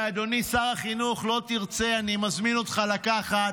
אדוני שר החינוך, לא תרצה, אני מזמין אותך לקחת,